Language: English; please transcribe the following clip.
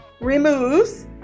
removes